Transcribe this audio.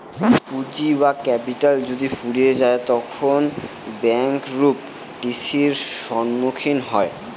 পুঁজি বা ক্যাপিটাল যদি ফুরিয়ে যায় তখন ব্যাঙ্ক রূপ টি.সির সম্মুখীন হয়